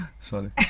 sorry